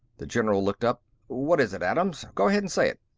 the general looked up. what is it, adams? go ahead and say it.